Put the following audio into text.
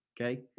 Okay